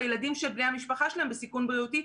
הילדים שבני המשפחה שלהם בסיכון בריאותי,